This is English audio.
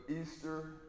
easter